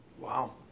Wow